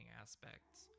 aspects